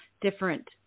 different